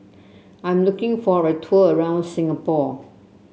I'm looking for a tour around Singapore